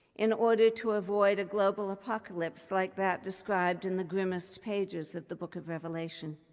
in order to avoid a global apocalypse like that described in the grimmest pages of the book of revelation.